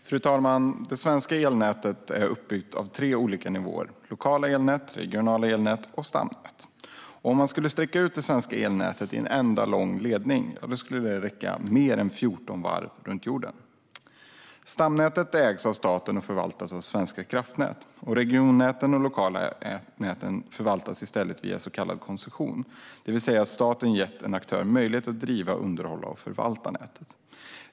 Fru talman! Det svenska elnätet är uppbyggt av tre olika nivåer: lokala elnät, regionala elnät och stamnät. Om man skulle sträcka ut det svenska elnätet i en enda lång ledning skulle det räcka mer än 14 varv runt jorden. Stamnätet ägs av staten och förvaltas av Svenska kraftnät. Regionnäten och lokalnäten förvaltas i stället via så kallad koncession, det vill säga att staten gett en aktör möjlighet att driva, underhålla och förvalta nätet.